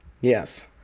Yes